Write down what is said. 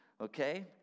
Okay